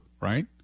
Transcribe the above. right